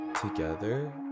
together